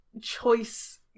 choice